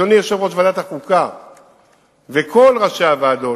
אדוני יושב-ראש ועדת החוקה וכל ראשי הוועדות,